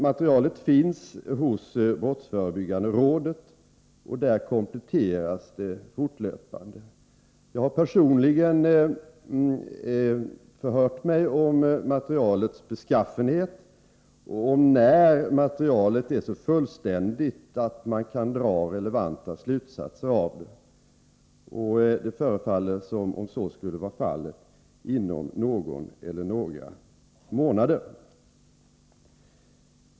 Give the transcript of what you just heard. Materialet finns hos brottsförebyggande rådet, och där kompletteras det fortlöpande. Jag har personligen förhört mig om materialets beskaffenhet och om när materialet är så fullständigt att man kan dra relevanta slutsatser av det. Det förefaller som om så skulle vara fallet inom någon eller några månader.